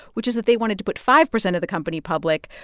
which is that they wanted to put five percent of the company public,